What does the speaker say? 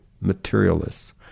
materialists